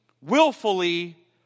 willfully